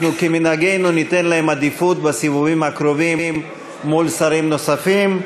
כמנהגנו ניתן להם עדיפות בסיבובים הקרובים מול שרים נוספים.